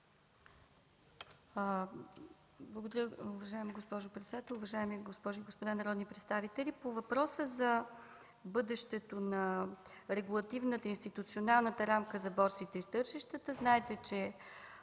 Благодаря, уважаема госпожо председател. Уважаеми госпожи и господа народни представители! По въпроса за бъдещето на регулативната, институционалната рамка за борсите и тържищата – знаете, че